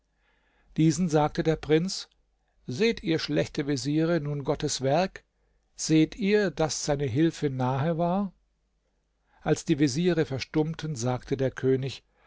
diesen sagte der prinz seht ihr schlechte veziere nun gottes werk seht ihr daß seine hilfe nahe war als die veziere verstummten sagte der könig